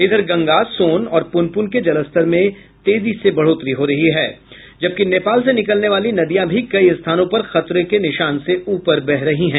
इधर गंगा सोन और पुनपुन के जलस्तर में तेजी से बढ़ोतरी हुई है जबकि नेपाल से निकलने वाली नदियां भी कई स्थानों पर खतरे के निशान से ऊपर बह रही है